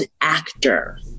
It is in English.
actor